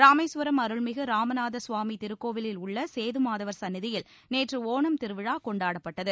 ராமேஸ்வரம் அருள்மிகு ராமநாத சுவாமி திருக்கோவிலில் உள்ள சேது மாதவர் சன்னதியில் நேற்று ஒணம் திருவிழா கொண்டாடப்பட்டது